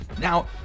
Now